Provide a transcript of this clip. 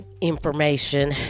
information